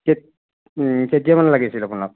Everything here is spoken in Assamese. কেত কেতিয়ামানে লাগিছিল আপোনাক